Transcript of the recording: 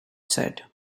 said